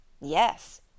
Yes